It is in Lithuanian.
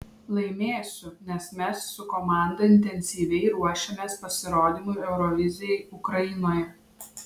laimėsiu nes mes su komanda intensyviai ruošiamės pasirodymui eurovizijai ukrainoje